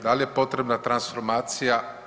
Da li je potrebna transformacija?